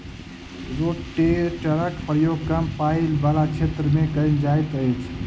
रोटेटरक प्रयोग कम पाइन बला क्षेत्र मे कयल जाइत अछि